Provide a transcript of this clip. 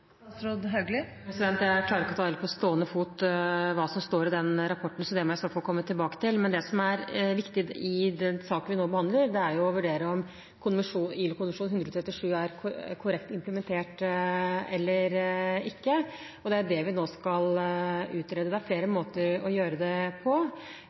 Jeg klarer ikke å ta helt på stående fot hva som står i den rapporten, så det må jeg i så fall komme tilbake til. Men det som er viktig i den saken vi nå behandler, er å vurdere om ILO-konvensjon 137 er korrekt implementert eller ikke, og det er det vi nå skal utrede. Det er flere måter å gjøre det på.